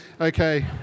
Okay